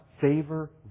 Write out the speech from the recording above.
favor